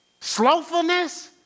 Slowfulness